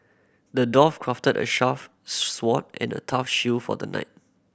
the dwarf crafted a sword and a tough shield for the knight